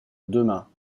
demain